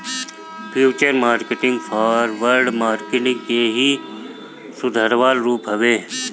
futures market forward market के ही सुधारल रूप हवे